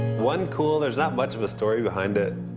onecool, there's not much of a story behind it,